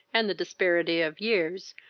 and the disparity of years,